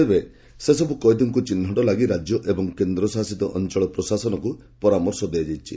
ତେବେ ସେସବୁ କଏଦୀଙ୍କୁ ଚିହ୍ଟ ଲାଗି ରାଜ୍ୟ ଏବଂ କେନ୍ଦ୍ରଶାସିତ ଅଞ୍ଚଳ ପ୍ରଶାସନକୁ ପରାମର୍ଶ ଦିଆଯାଇଛି